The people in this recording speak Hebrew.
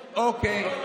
אוקיי,